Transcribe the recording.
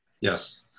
Yes